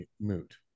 moot